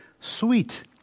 sweet